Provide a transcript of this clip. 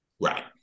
right